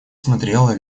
смотрела